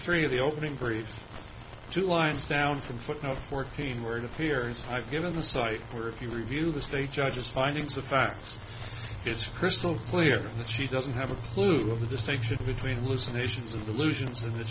three of the opening brief two lines down from footnote fourteen where it appears i've given the cite for if you review the state judge's findings of fact it's crystal clear that she doesn't have a clue of the distinction between